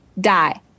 Die